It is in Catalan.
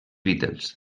beatles